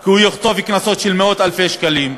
כי הוא יחטוף קנסות של מאות-אלפי שקלים.